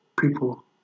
people